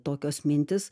tokios mintys